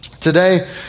today